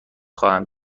خواهم